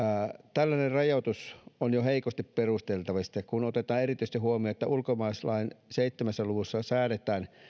tällainen rajoitus on heikosti perusteltavissa kun otetaan erityisesti huomioon että ulkomaalaislain seitsemässä luvussa säädetään